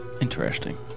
interesting